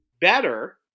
Better